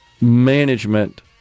management